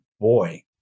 boy